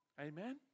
Amen